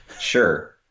Sure